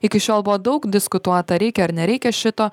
iki šiol buvo daug diskutuota reikia ar nereikia šito